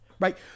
Right